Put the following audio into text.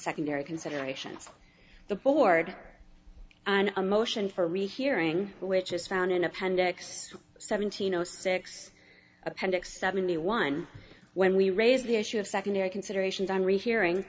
secondary considerations the board and a motion for rehearing which is found in appendix seventeen zero six appendix seventy one when we raise the issue of secondary considerations on rehearing